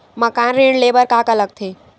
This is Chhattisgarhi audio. मकान ऋण ले बर का का लगथे?